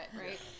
right